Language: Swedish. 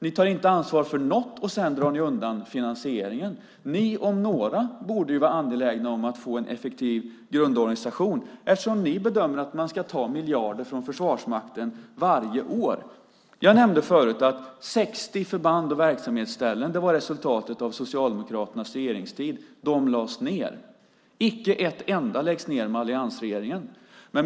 Ni tar inte ansvar för något. Och sedan drar ni undan finansieringen. Ni om några borde vara angelägna om att få en effektiv grundorganisation eftersom ni bedömer att man varje år ska ta miljarder från Försvarsmakten. Jag nämnde tidigare att en nedläggning av 60 förband och verksamhetsställen var resultatet av Socialdemokraternas regeringstid. Icke ett enda läggs ned av alliansregeringen.